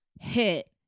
hit